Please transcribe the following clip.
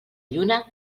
lluna